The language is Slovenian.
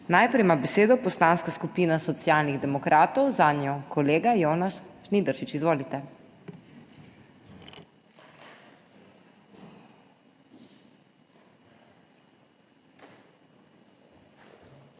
Najprej ima besedo Poslanska skupina Socialnih demokratov, zanjo kolega Jonas Žnidaršič. Izvolite.